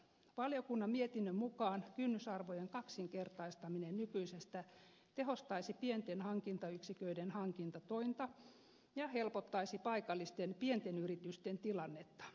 valiokunnan mietinnön mukaan kynnysarvojen kaksinkertaistaminen nykyisestä tehostaisi pienten hankintayksiköiden hankintatointa ja helpottaisi paikallisten pienten yritysten tilannetta